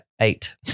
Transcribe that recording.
Eight